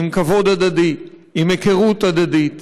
בכבוד הדדי, בהיכרות הדדית,